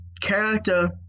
character